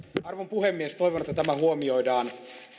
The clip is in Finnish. arvon puhemies toivon että tämä huomioidaan